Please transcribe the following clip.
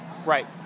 Right